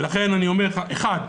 ולכן אני אומר לך: אחד,